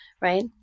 right